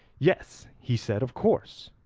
yes, he said, of course.